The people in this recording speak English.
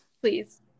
please